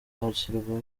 hashyirwa